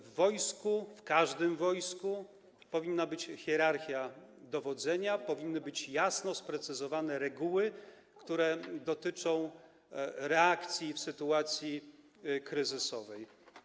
W wojsku, w każdym wojsku, powinna być hierarchia dowodzenia, powinny być jasno sprecyzowane reguły, które dotyczą reakcji w sytuacji kryzysowej.